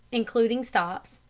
including stops,